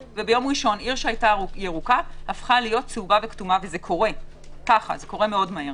עיר שהיתה ירוקה הפכה להיות צהובה וכתומה וזה קורה מאוד מהר